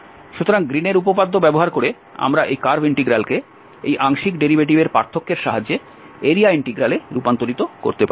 সুতরাং গ্রীনের উপপাদ্য ব্যবহার করে আমরা এই কার্ভ ইন্টিগ্রালকে এই আংশিক ডেরিভেটিভের পার্থক্যের সাহায্যে এরিয়া ইন্টিগ্রালে রূপান্তরিত করতে পারি